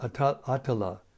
Atala